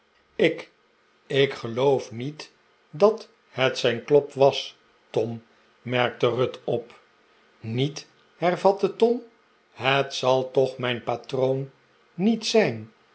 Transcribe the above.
ik ik geloof niet dat het zijn klop was tom merkte ruth op niet hervatte tom het zal toch mijn patroon niet zijn